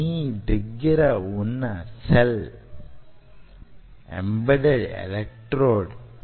మీ దగ్గర వున్న cell embedded electrode మీద వుండగలగాలి